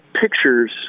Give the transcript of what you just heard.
pictures